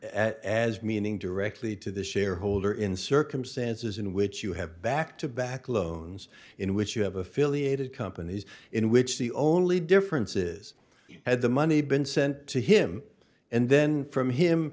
as meaning directly to the shareholder in circumstances in which you have back to back loans in which you have affiliated companies in which the only difference is you had the money been sent to him and then from him